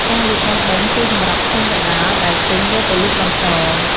ការលក់បោះដុំ គឺសម្រាប់ឈ្មួញកណ្ដាលដែលទិញយកទៅលក់បន្ត។